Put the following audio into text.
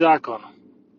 zákon